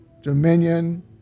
dominion